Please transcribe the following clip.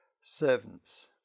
servants